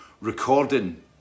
recording